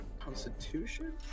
Constitution